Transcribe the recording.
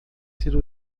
ter